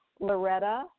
Loretta